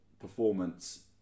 performance